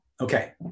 Okay